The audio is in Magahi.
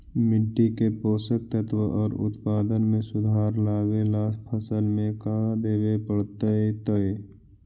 मिट्टी के पोषक तत्त्व और उत्पादन में सुधार लावे ला फसल में का देबे पड़तै तै?